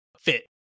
fit